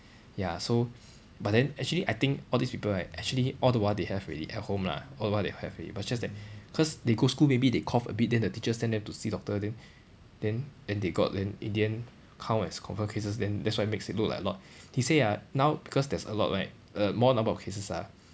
ya so but then actually I think all these people right actually all the while they have already at home lah all the while they have already but it's just that cause they go school maybe they cough a bit then the teacher send them to see doctor then then then they got then in the end count as confirm cases then that's why makes it look like a lot they say ah now because there's a lot like err more number of cases ah